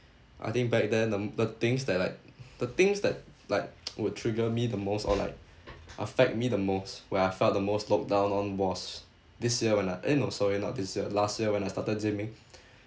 I think back then them the things that like the things that like would trigger me the most or like affect me the most where I felt the most looked down on was this year when I eh no sorry not this year last year when I started gymming